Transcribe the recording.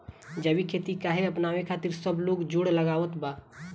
जैविक खेती काहे अपनावे खातिर सब लोग जोड़ लगावत बा?